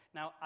Now